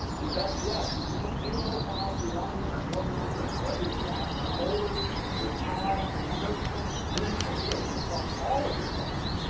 and best yet, you can put any other files you want in there and organize however you want in folders with tags and search them. and then access them across all of your devices,